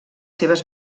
seves